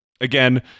Again